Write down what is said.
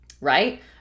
Right